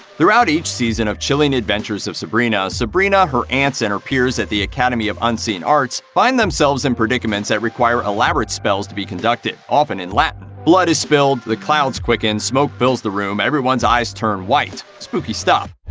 throughout each season of chilling adventures of sabrina, sabrina, her aunts, and her peers at the academy of unseen arts find themselves in predicaments that require elaborate spells to be conducted, often in latin. blood is spilled, the clouds quicken, smoke fills the room, everyone's eyes turn white. spooky stuff.